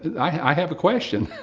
i have a question.